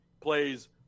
plays